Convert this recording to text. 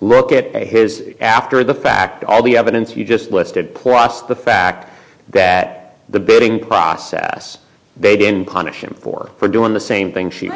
look at his after the fact all the evidence you just listed plus the fact that the bidding process baby and punish him for doing the same thing she